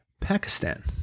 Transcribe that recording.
Pakistan